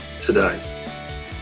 today